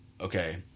Okay